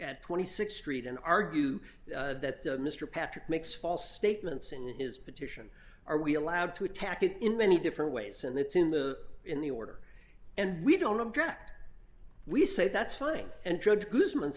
at twenty six street in our view that mr patrick makes false statements in his petition are we allowed to attack it in many different ways and it's in the in the order and we don't object we say that's fine and judge goodman